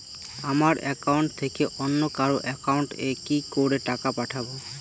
আমার একাউন্ট থেকে অন্য কারো একাউন্ট এ কি করে টাকা পাঠাবো?